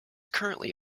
currently